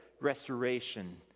restoration